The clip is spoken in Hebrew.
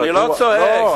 אני לא צועק.